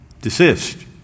Desist